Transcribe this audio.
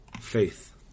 Faith